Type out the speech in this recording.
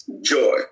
joy